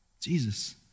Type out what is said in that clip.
Jesus